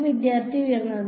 വിദ്യാർത്ഥി ഉയർന്നത്